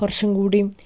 കുറച്ചും കൂടിയും